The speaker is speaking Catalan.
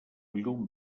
llum